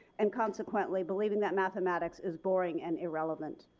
and, consequently, believing that mathematics is boring and irrelevant.